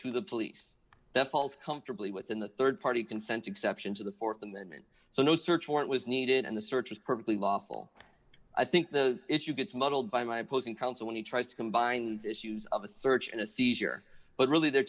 to the police that falls comfortably within the rd party consent exception to the th amendment so no search warrant was needed and the search is perfectly lawful i think the issue gets muddled by my opposing counsel when he tries to combines issues of a search and a seizure but really the